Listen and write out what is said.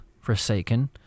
forsaken